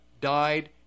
died